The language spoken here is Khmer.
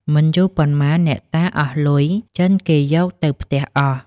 មិនយូរប៉ុន្មានអ្នកតាអស់លុយ ចិនគេយកទៅផ្ទះអស់ ។